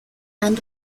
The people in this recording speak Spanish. han